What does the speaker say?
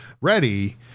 ready